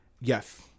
Yes